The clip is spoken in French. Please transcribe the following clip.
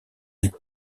elles